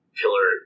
pillar